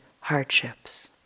hardships